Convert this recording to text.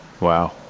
wow